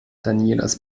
danielas